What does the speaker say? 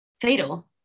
fatal